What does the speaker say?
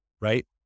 right